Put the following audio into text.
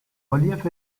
relief